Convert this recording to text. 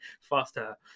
Faster